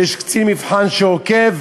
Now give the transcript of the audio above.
שיש קצין מבחן שעוקב,